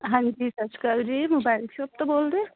ਹਾਂਜੀ ਸਤਿ ਸ਼੍ਰੀ ਅਕਾਲ ਜੀ ਮੋਬਾਇਲ ਸ਼ੋਪ ਤੋਂ ਬੋਲਦੇ